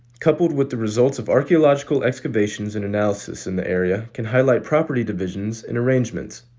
coupled with the results of archaeological excavations and analysis in the area, can highlight property divisions and arrangements.